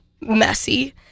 messy